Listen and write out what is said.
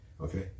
Okay